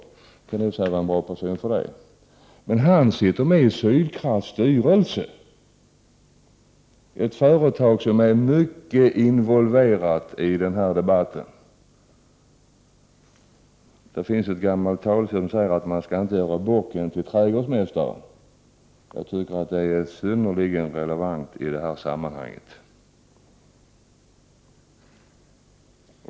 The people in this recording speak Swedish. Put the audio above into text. Han kan i och för sig vara en bra person för det, men han sitter med i Sydkrafts styrelse, ett företag som är mycket involverat i den här debatten. Det finns ett gammalt talesätt som säger att man inte skall sätta bocken till trädgårdsmästare. Jag tycker att det är synnerligen relevant i det här sammanhanget.